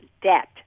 debt